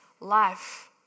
life